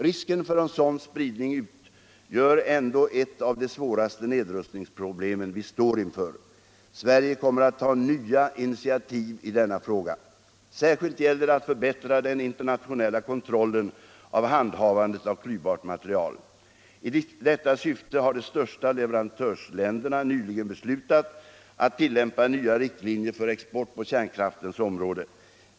Risken för en sådan spridning utgör ändå ett av de svåraste nedrustningsproblem vi står inför. Sverige kommer att ta nya initiativ i denna fråga. Särskilt gäller det att förbättra den internationella kontrollen av handhavandet av klyvbart material. I detta syfte har de största leverantörsländerna nyligen beslutat att tillämpa nya riktlinjer för export på kärnkraftens område.